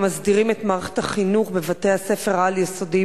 המסדירים את מערכת החינוך בבתי-הספר העל-יסודיים